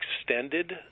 extended